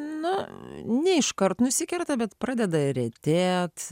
na ne iškart nusikerta bet pradeda retėt